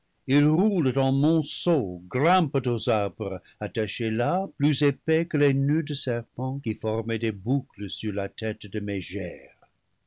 aux arbres attachés là plus épais que les noeuds de serpents qui formaient des boucles sur la tête de mégère